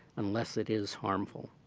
unless it is harmful.